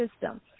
system